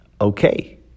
okay